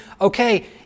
Okay